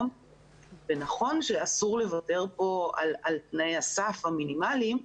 ונכון שאסור לוותר פה על תנאי הסף המינימליים.